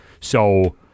So-